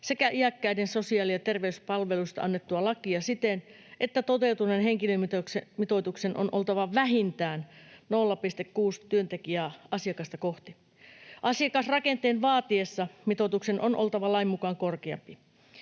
sekä iäkkäiden sosiaali- ja terveyspalveluista annettua lakia siten, että toteutuneen henkilöstömitoituksen on oltava vähintään 0,6 työntekijää asiakasta kohti. [Aino-Kaisa Pekonen: Säästölaki, joka ei